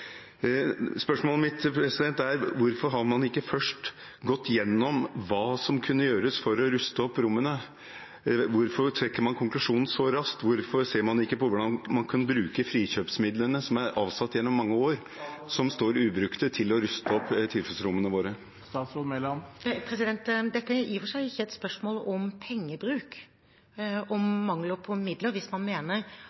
Spørsmålet mitt er: Hvorfor har man ikke først gått gjennom hva som kunne gjøres for å ruste opp rommene? Hvorfor trekker man konklusjonen så raskt? Hvorfor ser man ikke på hvordan man kan bruke frikjøpsmidlene, som er avsatt gjennom mange år, som står ubrukt, til å ruste opp tilfluktsrommene våre? Dette er i og for seg ikke et spørsmål om pengebruk og om